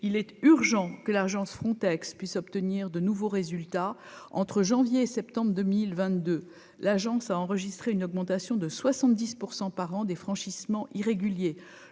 il est urgent que l'agence Frontex puisse obtenir de nouveaux résultats entre janvier et septembre 2022, l'agence a enregistré une augmentation de 70 % par an des franchissements irréguliers,